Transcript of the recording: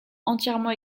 entièrement